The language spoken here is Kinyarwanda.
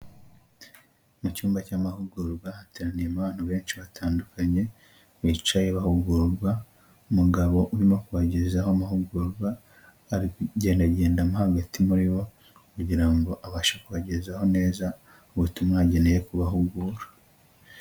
Mu cyumba cy'amahugurwa, hateraniyemo abantu benshi batandukanye, bicaye bahugurwa, umugabo urimo kubagezaho amahugurwa, ari kugendagenda mo hagati muri bo, kugira ngo abashe kubagezaho neza ubutumwa yageneye kubahugura.